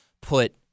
put